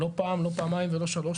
ולא פעם ולא פעמיים ולא שלוש,